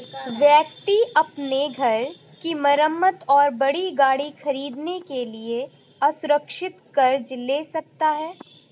व्यक्ति अपने घर की मरम्मत और बड़ी गाड़ी खरीदने के लिए असुरक्षित कर्ज ले सकता है